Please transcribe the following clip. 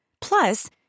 Plus